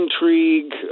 intrigue